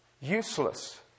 useless